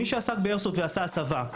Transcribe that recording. מי שעסק באיירסופט ועשה הסבה,